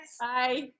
Bye